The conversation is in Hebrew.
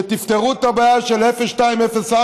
שתפתרו את הבעיה של 02 04,